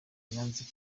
yanze